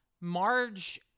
Marge